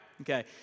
Okay